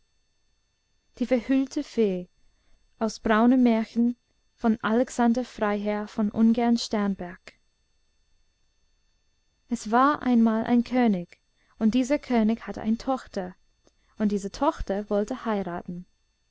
verhüllte fee es war einmal ein könig und dieser könig hatte eine tochter und diese tochter wollte heiraten